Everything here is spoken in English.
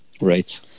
Right